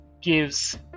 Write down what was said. gives